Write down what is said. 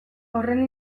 horren